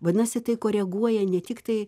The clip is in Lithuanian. vadinasi tai koreguoja ne tiktai